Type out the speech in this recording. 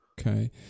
okay